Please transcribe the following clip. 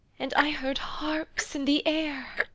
and i heard harps in the air.